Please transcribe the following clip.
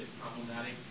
problematic